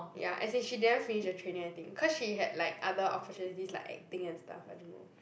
ya as in she didn't finish the training I think cause she had like other opportunities like acting and stuff I don't know